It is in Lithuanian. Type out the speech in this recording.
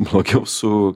blogiau su